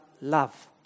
love